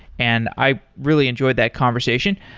and i really enjoyed that conversation,